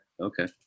Okay